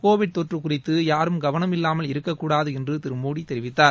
Covid தொற்று குறித்து யாரும் கவனம் இல்லாமல் இருக்கக்கூடாது என்று திரு மோடி தெரிவித்தார்